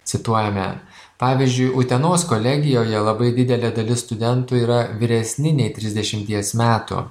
cituojame pavyzdžiui utenos kolegijoje labai didelė dalis studentų yra vyresni nei trisdešimties metų